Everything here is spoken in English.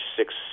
six